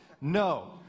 No